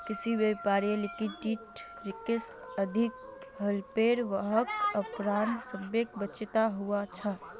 किसी व्यवसायत लिक्विडिटी रिक्स अधिक हलेपर वहाक अपनार संपत्ति बेचवा ह छ